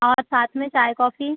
और साथ में चाय कॉफी